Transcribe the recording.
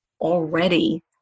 already